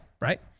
right